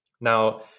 Now